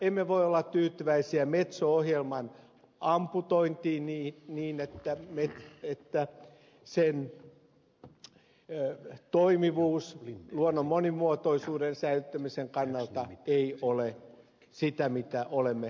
emme voi olla tyytyväisiä metso ohjelman amputointiin niin että sen toimivuus luonnon monimuotoisuuden säilyttämisen kannalta ei ole sitä mitä olemme odottaneet